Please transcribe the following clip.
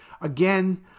Again